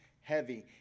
heavy